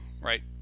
right